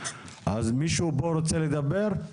אז מישהו פה רוצה לדבר?